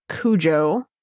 Cujo